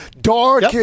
dark